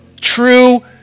true